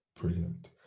brilliant